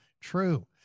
true